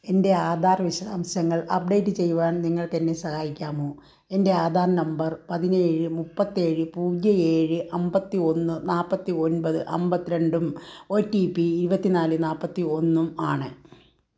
എന്റെ ആധാർ വിശദാംശങ്ങൾ അപ്ഡേറ്റ് ചെയ്യുവാൻ നിങ്ങൾക്കെന്നെ സഹായിക്കാമോ എന്റെ ആധാർ നമ്പർ പതിനേഴ് മൂപ്പത്തേഴ് പൂജ്യം ഏഴ് അൻപത്തി ഒന്ന് നാൽപ്പത്തൊൻപത് അൻപത്തി രണ്ടും ഓ ടി പി ഇരുപത്തി നാല് നാൽപ്പത്തി ഒന്നും ആണ്